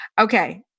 Okay